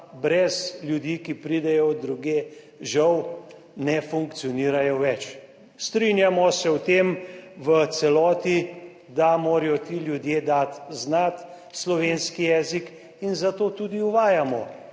brez ljudi, ki pridejo drugje, žal ne funkcionirajo več. Strinjamo se o tem v celoti, da morajo ti ljudje dati znati slovenski jezik in zato tudi uvajamo